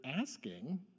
asking